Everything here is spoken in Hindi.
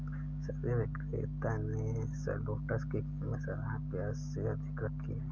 सब्जी विक्रेता ने शलोट्स की कीमत साधारण प्याज से अधिक रखी है